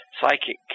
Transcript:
psychic